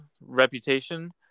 reputation